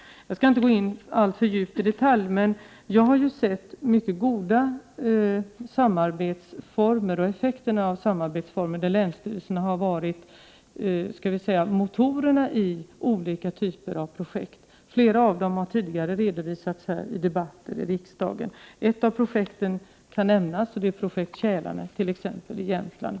Jag skall inte gå in alltför djupt i detalj, men jag har sett många goda effekter av samarbetsformer, där länsstyrelserna har varit motorerna i olika typer av projekt. Flera av projekten har redovisats tidigare här i riksdagen. Ett av projekten kan nämnas: Kälarne i Jämtland.